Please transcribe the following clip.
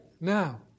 now